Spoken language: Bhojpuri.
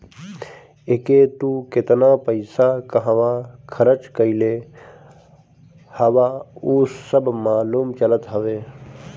एके तू केतना पईसा कहंवा खरच कईले हवअ उ सब मालूम चलत हवे